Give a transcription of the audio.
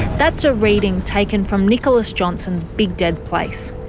that's a reading taken from nicholas johnson's big dead place.